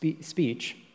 speech